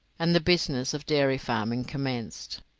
and the business of dairy farming commenced.